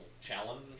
challenge